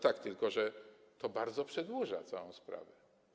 Tak, tylko że to bardzo przedłuża całą sprawę.